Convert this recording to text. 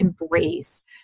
embrace